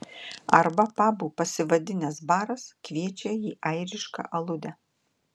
arba pabu pasivadinęs baras kviečia į airišką aludę